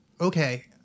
Okay